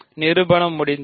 நிறுபனம் முடிந்தது